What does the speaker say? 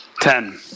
Ten